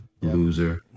loser